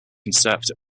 conserved